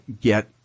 get